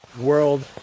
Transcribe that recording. world